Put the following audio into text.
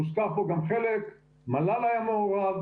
הוזכר פה גם חלק, מל"ל היה מעורב